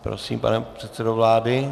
Prosím, pane předsedo vlády.